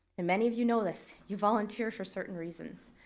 and many of you know this. you volunteer for certain reasons.